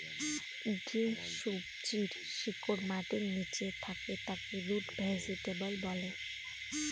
যে সবজির শিকড় মাটির নীচে থাকে তাকে রুট ভেজিটেবল বলে